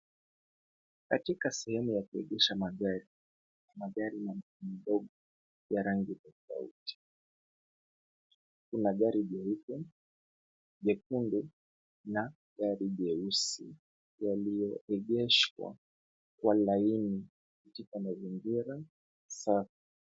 Katika sehemu ya kuegesha magari. Magari madogo ya rangi tofauti. Kuna gari jeupe, jekundu na gari jeusi yaliyoegeshwa kwa laini katika mazingira safi.